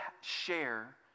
share